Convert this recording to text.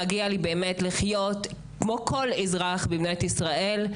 מגיע לי לחיות כמו כל אזרח במדינת ישראל.